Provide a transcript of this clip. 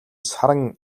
саран